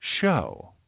show